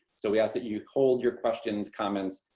so we ask that you hold your questions, comments,